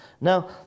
Now